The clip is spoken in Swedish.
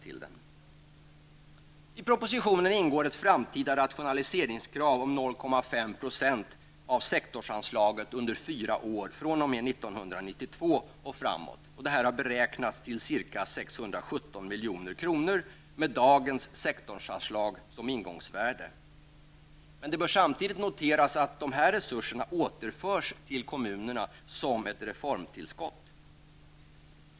I propositionen ingår förslag om ett framtida rationaliseringskrav på 0,5 % av sektorsanslaget under fyra år fr.o.m. 1992 och framåt. Det har beräknats till ca 617 milj.kr. med dagens sektorsanslag som ingångsvärde. Det bör samtidigt noteras att dessa resurser återförs till kommunerna som ett reformtillskott.